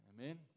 Amen